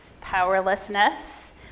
powerlessness